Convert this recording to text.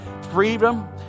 freedom